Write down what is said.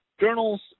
journals